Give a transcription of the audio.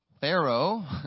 Pharaoh